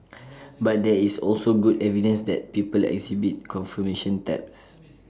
but there is also good evidence that people exhibit confirmation bias